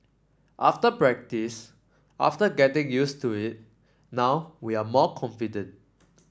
after practice after getting used to it now we are more confident